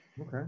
Okay